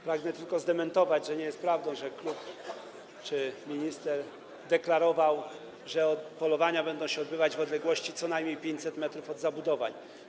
Pragnę tu zdementować, że nie jest prawdą, że klub czy minister deklarował, że polowania będą się odbywać w odległości co najmniej 500 m od zabudowań.